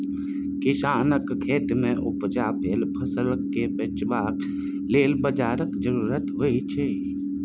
किसानक खेतमे उपजा भेल फसलकेँ बेचबाक लेल बाजारक जरुरत होइत छै